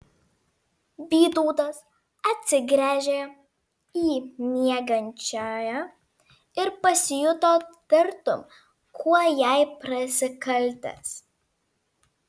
vytautas atsigręžė į miegančiąją ir pasijuto tartum kuo jai prasikaltęs